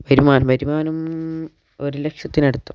വരുമാനം വരുമാനം ഒരു ലക്ഷത്തിനടുത്ത്